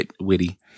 witty